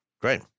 Great